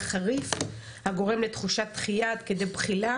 חריף הגורם לתחושת דחיה עד כדי בחילה,